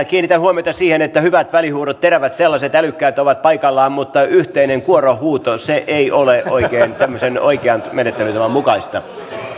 kiinnitän huomiota siihen että hyvät välihuudot terävät sellaiset älykkäät ovat paikallaan mutta yhteinen kuorohuuto ei ole oikein tämmöisen oikean menettelytavan mukaista